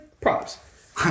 props